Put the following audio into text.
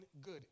good